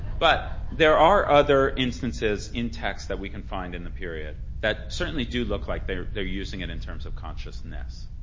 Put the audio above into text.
but there are other instances in text that we can find in the period that certainly do look like they're they're using it in terms of consciousness.